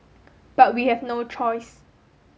but we have no choice